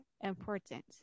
important